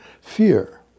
fear